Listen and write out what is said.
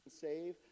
save